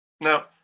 Now